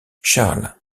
charles